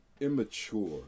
immature